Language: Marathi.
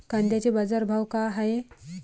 कांद्याचे बाजार भाव का हाये?